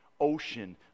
ocean